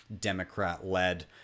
Democrat-led